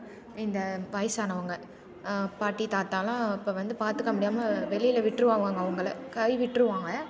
இந்த வயதானவங்க பாட்டி தாத்தாலாம் இப்போ வந்து பார்த்துக்கமுடியாமல் வெளியில விட்டுருவாவாங்க அவங்களை கைவிட்டிருவாங்க